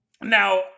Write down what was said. Now